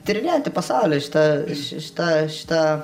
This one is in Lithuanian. tyrinėti pasaulį šitą šitą šitą